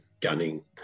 gunning